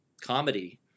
comedy